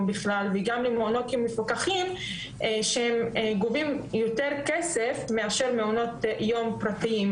בכלל וגם למעונות יום מפוקחים שגובים יותר כסף מאשר מעונות יום פרטיים,